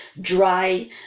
dry